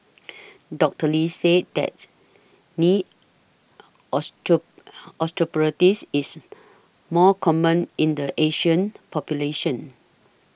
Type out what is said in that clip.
Doctor Lee said that knee osteoarthritis is more common in the Asian population